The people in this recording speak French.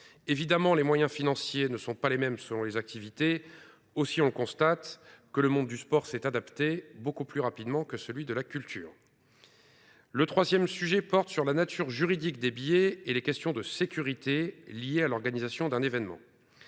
parvenus. Les moyens financiers ne sont pas les mêmes selon les activités, évidemment. On constate ainsi que le monde du sport s’est adapté plus rapidement que celui de la culture. Le troisième sujet concerne la nature juridique des billets et les questions de sécurité liées à l’organisation d’un événement.